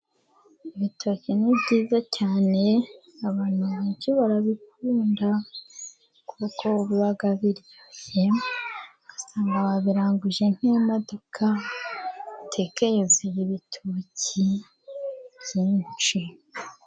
Ibitoki ni byiza cyane , abantu benshi barabikunda , kuko biba biryoshye . ugasanga babiranguje nk'imodoka teke yuzuye ibitoki byinshi.